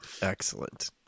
Excellent